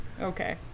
Okay